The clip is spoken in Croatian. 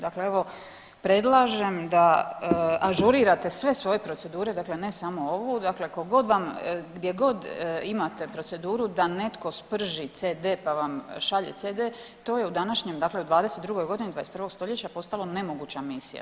Dakle, evo predlažem da ažurirate sve svoje procedure, dakle ne samo ovu, dakle ko god vam, gdje god imate proceduru da netko sprži CD, pa vam šalje CD, to je u današnjem, dakle u '22.g. 21. stoljeća postala nemoguća misija.